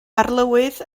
arlywydd